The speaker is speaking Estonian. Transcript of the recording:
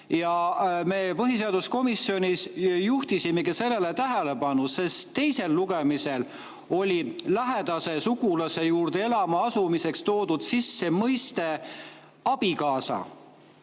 Ja me põhiseaduskomisjonis juhtisimegi sellele tähelepanu, sest teisel lugemisel oli lähedase sugulase juurde elama asumise [sättes] toodud sisse mõiste "abikaasa".